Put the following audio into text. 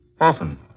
Often